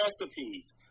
recipes